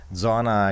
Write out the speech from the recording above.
zona